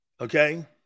Okay